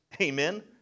Amen